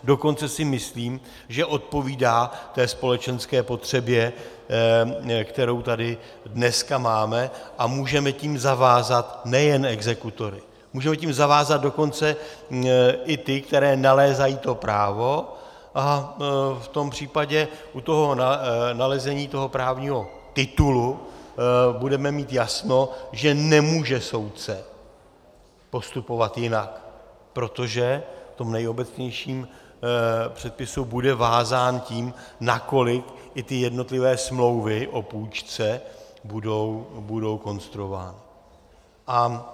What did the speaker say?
Dokonce si myslím, že odpovídá společenské potřebě, kterou tady dneska máme, a můžeme tím zavázat nejen exekutory, můžeme tím zavázat dokonce i ty, které nalézají to právo, a v tom případě u toho nalezení toho právního titulu budeme mít jasno, že nemůže soudce postupovat jinak, protože v tom nejobecnějším předpisu bude vázán tím, nakolik i ty jednotlivé smlouvy o půjčce budou konstruovány.